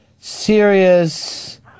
serious